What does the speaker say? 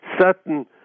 certain